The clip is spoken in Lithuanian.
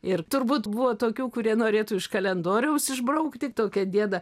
ir turbūt buvo tokių kurie norėtų iš kalendoriaus išbraukti tokią dieną